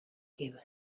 гэв